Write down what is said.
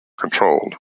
controlled